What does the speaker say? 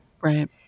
Right